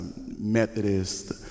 Methodist